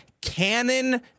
canon